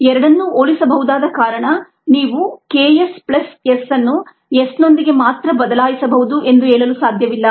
If S≈KS ಎರಡನ್ನೂ ಹೋಲಿಸಬಹುದಾದ ಕಾರಣ ನೀವು K s ಪ್ಲಸ್ S ಅನ್ನು S ನೊಂದಿಗೆ ಮಾತ್ರ ಬದಲಾಯಿಸಬಹುದು ಎಂದು ಹೇಳಲು ಸಾಧ್ಯವಿಲ್ಲ